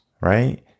right